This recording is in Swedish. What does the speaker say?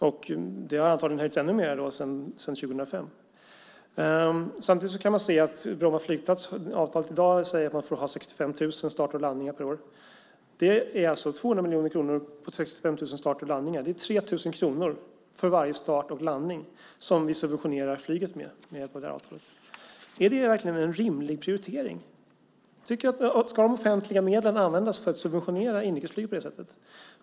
Och det har antagligen höjts ännu mer sedan 2005. Samtidigt kan man se för Bromma flygplats att avtalet i dag säger att man får ha 65 000 starter och landningar per år. Det är alltså 200 miljoner kronor på 65 000 starter och landningar. Det är 3 000 kronor för varje start och landning som vi subventionerar flyget med. Är det verkligen en rimlig prioritering? Ska de offentliga medlen användas för att subventionera inrikesflyg på det sättet?